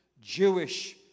Jewish